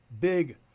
big